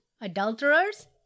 Adulterers